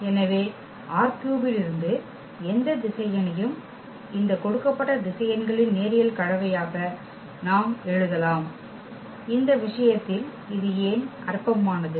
எனவே ℝ3 இலிருந்து எந்த திசையனையும் இந்த கொடுக்கப்பட்ட திசையன்களின் நேரியல் கலவையாக நாம் எழுதலாம் இந்த விஷயத்தில் இது ஏன் அற்பமானது